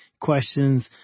questions